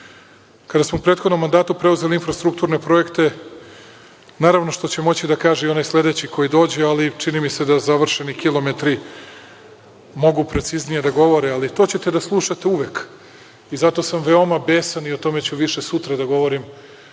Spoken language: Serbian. smo u prethodnom mandatu preuzeli infrastrukturne projekte, naravno, što će moći da kaže i onaj sledeći koji dođe, ali čini mi se da završeni kilometri mogu preciznije da govore, ali to ćete da slušate uvek i zato sam veoma besan i o tome ću sutra da govorim,